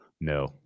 No